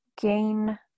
gain